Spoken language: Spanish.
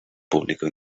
público